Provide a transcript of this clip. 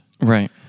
Right